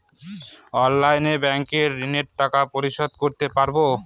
অনলাইনে ব্যাংকের ঋণের টাকা পরিশোধ করতে পারবো?